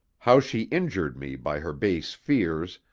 how she injured me by her base fears,